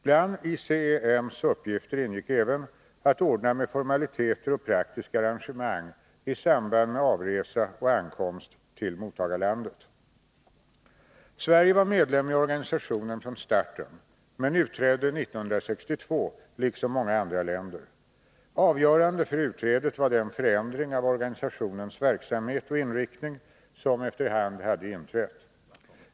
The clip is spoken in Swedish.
Bland ICEM:s uppgifter ingick även att ordna med formaliteter och praktiska arrangemang i samband med avresa och ankomst till mottagarlandet. Sverige var medlem i organisationen från starten men utträdde 1962 liksom några andra länder. Avgörande för utträdet var den förändring av organisationens verksamhet och inriktning som efter hand hade inträtt.